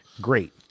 Great